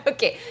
Okay